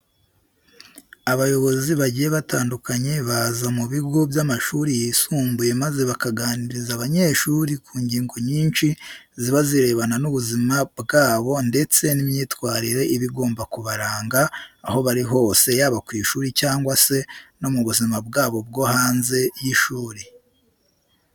Abayobozi bagiye batandukanye baza mu bigo by'amashuri yisumbuye maze bakaganiriza abanyeshuri ku ngingo nyinshi ziba zirebana n'ubuzima wabo ndetse n'imyitwarire iba igomba kubaranga aho bari hose yaba ku ishuri cyangwa se no mu buzima bwabo bwo hanze y'ishuri.